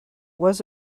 was